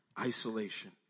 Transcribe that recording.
isolation